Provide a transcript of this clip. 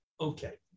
Okay